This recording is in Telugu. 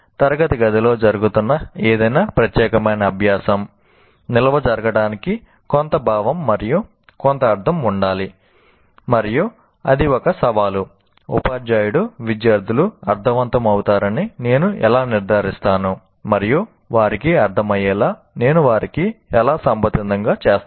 తరగతి గదిలో జరుగుతున్న ఏదైనా ప్రత్యేకమైన అభ్యాసం నిల్వ జరగడానికి కొంత భావం మరియు కొంత అర్ధం ఉండాలి మరియు అది ఒక సవాలు ఉపాధ్యాయుడు విద్యార్థులు అర్ధవంతం అవుతారని నేను ఎలా నిర్ధారిస్తాను మరియు వారికి అర్థమయ్యేలా నేను వారికి ఎలా సంబంధితంగా చేస్తాను